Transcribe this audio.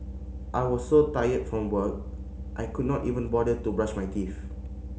I was so tired from work I could not even bother to brush my teeth